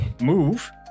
move